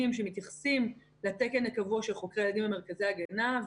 שמתייחסים לתקן הקבוע של חוקרי הילדים במרכזי הגנה.